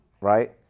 right